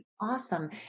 Awesome